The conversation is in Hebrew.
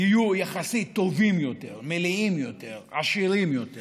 יהיו יחסית טובים יותר, מלאים יותר, עשירים יותר